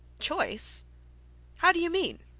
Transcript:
choice how do you mean?